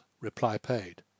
reply-paid